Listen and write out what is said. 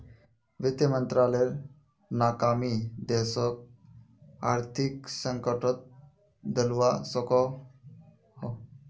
वित मंत्रालायेर नाकामी देशोक आर्थिक संकतोत डलवा सकोह